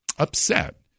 upset